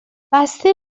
بسته